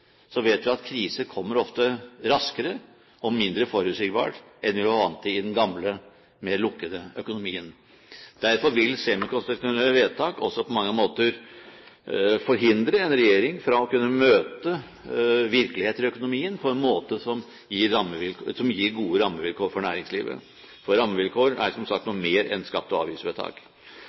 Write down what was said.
vet vi at kriser ofte kan komme raskere og mindre forutsigbart enn vi var vant til i den gamle, mer lukkede økonomien. Derfor vil semikonstitusjonelle vedtak også på mange måter forhindre en regjering fra å kunne møte virkeligheter i økonomien på en måte som gir gode rammevilkår for næringslivet. Rammevilkår er som sagt noe mer enn skatte- og avgiftsvedtak.